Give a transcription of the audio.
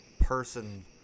person